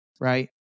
right